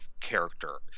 character